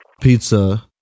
pizza